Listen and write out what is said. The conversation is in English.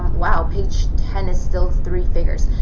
wow, page ten is still three figures.